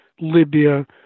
Libya